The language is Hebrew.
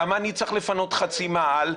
למה אני צריך לפנות חצי מאהל?